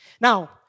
Now